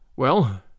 Well